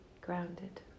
Grounded